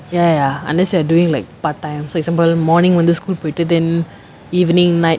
ya ya ya unless you are doing like part time so example morning வந்து:vanthu school uh போயிட்டு:poyittu then evening night